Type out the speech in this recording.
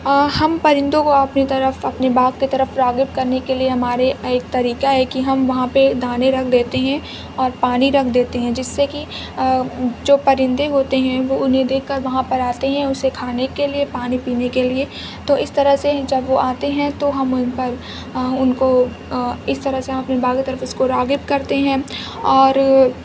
ہم پرندوں کو اپنی طرف اپنے باغ کی طرف راغب کرنے کے لیے ہمارے ایک طریقہ ہے کہ ہم وہاں پہ دانے رکھ دیتے ہیں اور پانی رکھ دیتے ہیں جس سے کہ جو پرندے ہوتے ہیں وہ انہیں دیکھ کر وہاں پر آتے ہیں اسے کھانے کے لیے پانی پینے کے لیے تو اس طرح سے جب وہ آتے ہیں تو ہم ان پر ان کو اس طرح سے ہم اپنے باغ اس کو راغب کرتے ہیں اور